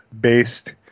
based